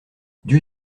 dieu